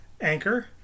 Anchor